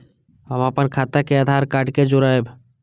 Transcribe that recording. हम अपन खाता के आधार कार्ड के जोरैब?